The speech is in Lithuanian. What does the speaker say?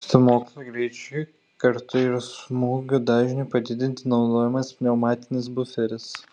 stūmoklio greičiui kartu ir smūgių dažniui padidinti naudojamas pneumatinis buferis